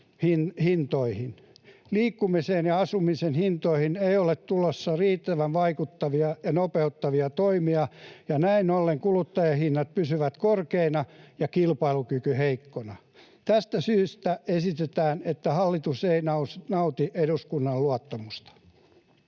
Liikkumisen ja asumisen hintoihin ei ole tulossa riittävän vaikuttavia ja nopeuttavia toimia, ja näin ollen kuluttajahinnat pysyvät korkeina ja kilpailukyky heikkona. Tästä syystä esitetään, että hallitus ei nauti eduskunnan luottamusta.